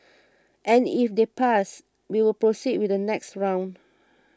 and if they pass we'll proceed with the next round